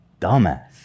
dumbass